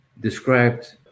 described